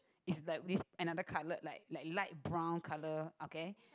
is like with another colour like like light brown colour okay